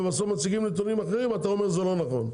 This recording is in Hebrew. ובסוף מציגים נתונים אחרים ואומר שזה לא נכון.